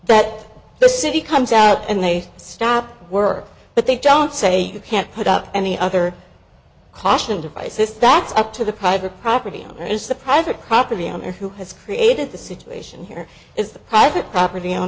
that the city comes out and they stop work but they don't say you can't put up any other caution devices that's up to the private property owner is the private property owner who has created the situation here is the private property o